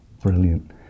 brilliant